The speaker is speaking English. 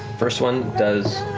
first one does